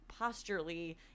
posturally